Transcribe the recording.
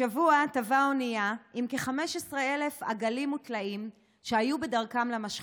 השבוע טבעה אנייה עם כ-15,000 עגלים וטלאים שהיו בדרכם למשחטות.